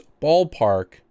ballpark